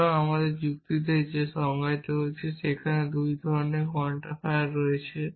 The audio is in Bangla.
সুতরাং আমাদের যুক্তিতে যে আমরা সংজ্ঞায়িত করেছি সেখানে শুধুমাত্র 2 ধরনের কোয়ান্টিফায়ার আছে